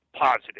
positive